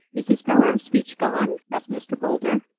is his power of speech gone? asked mr. boulder.